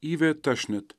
iveta šnit